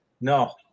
No